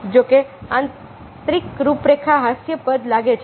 જો કે અતાર્કિક રૂપરેખા હાસ્યાસ્પદ લાગે છે